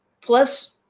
Plus